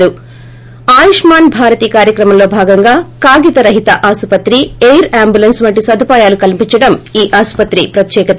ఆయుష్మాన్ భారత్ కార్యక్రమం లో భాగం గా కాయిత రహిత ఆసుపత్రి ఎయిర్ అంబులెన్సు వంటి సదుపాయాలు కలిసంచడం ఈ ఆసుపత్రి ప్రత్యేకత